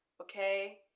Okay